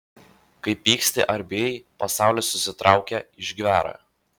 kai pyksti ar bijai pasaulis susitraukia išgvęra